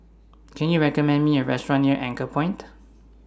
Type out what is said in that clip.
Can YOU recommend Me A Restaurant near Anchorpoint